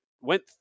went